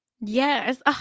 yes